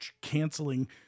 canceling